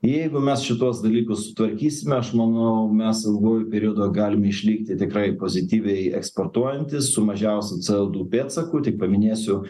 jeigu mes šituos dalykus sutvarkysime aš manau mes ilguoju periodu galime išlikti tikrai pozityviai eksportuojantys su mažiausiu co du pėdsaku tik paminėsiu